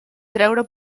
treure